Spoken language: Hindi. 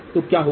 तो क्या होगा